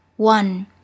One